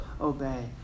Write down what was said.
obey